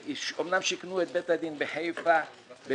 אומנם שיכנו את בית הדין בחיפה במבנה